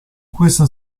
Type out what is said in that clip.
questa